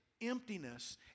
emptiness